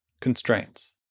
constraints